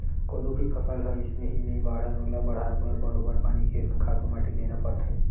कोनो भी फसल ह अइसने ही नइ बाड़हय ओला बड़हाय बर बरोबर पानी के संग खातू माटी देना परथे